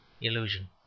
illusion